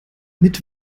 mit